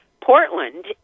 Portland